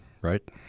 right